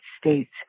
States